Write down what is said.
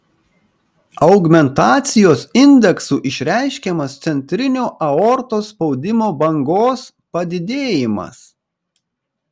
augmentacijos indeksu išreiškiamas centrinio aortos spaudimo bangos padidėjimas